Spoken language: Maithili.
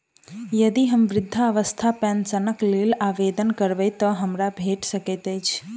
यदि हम वृद्धावस्था पेंशनक लेल आवेदन करबै तऽ हमरा भेट सकैत अछि?